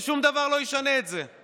ושום דבר לא ישנה את זה.